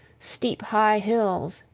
steep high hills,